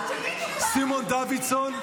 סימון דוידסון?